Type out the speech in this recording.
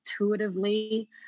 intuitively